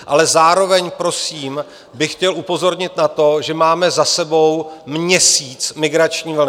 Ale zároveň prosím bych chtěl upozornit na to, že máme za sebou měsíc migrační vlny.